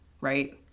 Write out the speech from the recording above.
right